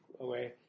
away